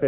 det.